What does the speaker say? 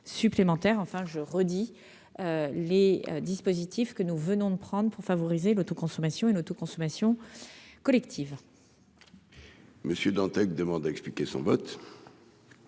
enfin je redis les dispositifs que nous venons de prendre pour favoriser l'autoconsommation et l'autoconsommation collective. Monsieur Dantec demande, a expliqué son vote.